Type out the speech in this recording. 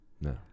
no